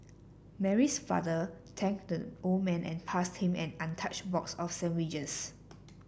Mary's father thanked the old man and passed him an untouched box of sandwiches